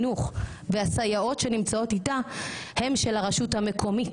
כל עוד המצב יהיה מאוזן יהיה אפשר להרחיב את חוק המצלמות,